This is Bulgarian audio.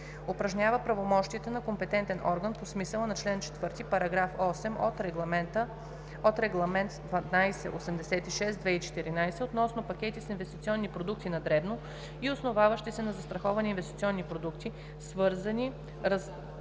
упражнява правомощията на компетентен орган по смисъла на чл. 4, параграф 8 от Регламент (ЕС) № 1286/2014 относно пакети с инвестиционни продукти на дребно и основаващи се на застраховане инвестиционни продукти, създавани,